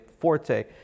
forte